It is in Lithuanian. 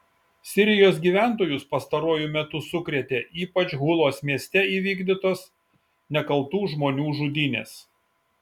sirijos gyventojus pastaruoju metu sukrėtė ypač hulos mieste įvykdytos nekaltų žmonių žudynės